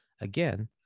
Again